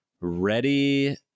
ready